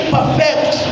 Perfect